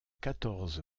quatorze